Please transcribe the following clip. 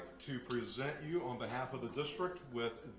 to present you on behalf of the district with